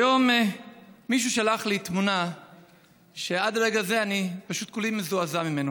היום מישהו שלח לי תמונה שעד רגע זה אני פשוט כולי מזועזע ממנו.